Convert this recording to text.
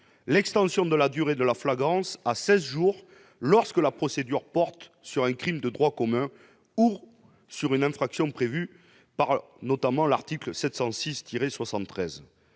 l'extension de la durée de la flagrance à seize jours lorsque la procédure porte sur un crime de droit commun ou sur une infraction prévue, entre autres, par l'article 706-73